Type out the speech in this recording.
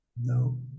no